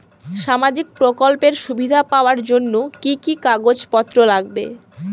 সামাজিক প্রকল্পের সুবিধা পাওয়ার জন্য কি কি কাগজ পত্র লাগবে?